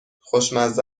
خوشمزه